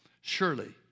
Surely